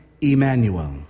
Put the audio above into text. Emmanuel